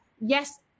yes